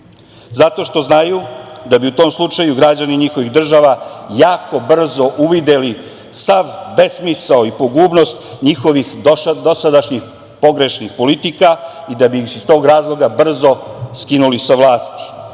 Zato što znaju da bi u tom slučaju građani njihovih država jako brzo uvideli sav besmisao i pogubnost njihovih dosadašnjih pogrešnih politika i da bi ih iz tog razloga brzo skinuli sa vlasti.